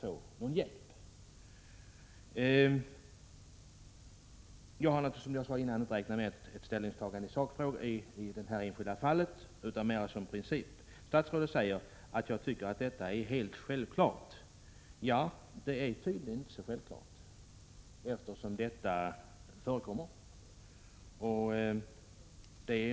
Jag har naturligtvis inte, som jag sade tidigare, väntat mig något ställningstagande i detta enskilda fall utom mera principiellt. Att arbetsförmedlingarna inte främjar ”svarta” arbeten tycker statsrådet är helt självklart. Ja, det är tydligen inte så självklart, eftersom sådant förekommer.